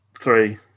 three